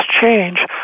change